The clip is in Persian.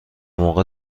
موقع